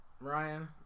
Ryan